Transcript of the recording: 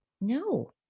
No